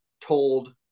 told